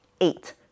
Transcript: eight